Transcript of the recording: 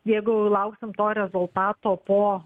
jeigu lauksim to rezultato po